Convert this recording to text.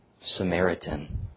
Samaritan